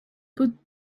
put